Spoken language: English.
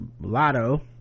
Lotto